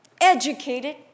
educated